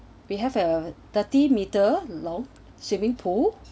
we have a thirty metre long swimming pool